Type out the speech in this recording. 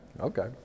Okay